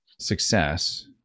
Success